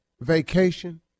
vacation